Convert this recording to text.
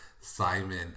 Simon